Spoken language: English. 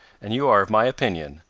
and you are of my opinion.